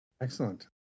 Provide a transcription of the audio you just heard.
Excellent